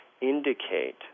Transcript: indicate